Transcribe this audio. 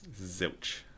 Zilch